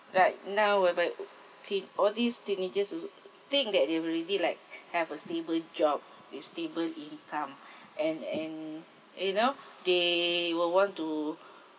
like now whereby teen~ all these teenagers also think that they already like have a stable job a stable income and and you know they will want to